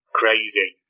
crazy